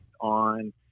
on